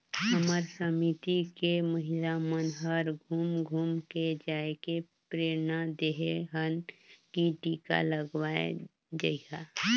हमर समिति के महिला मन हर घुम घुम के जायके प्रेरना देहे हन की टीका लगवाये जइहा